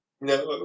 No